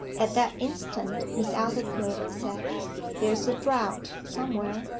at that instant miss aldclyffe said there's a draught somewhere.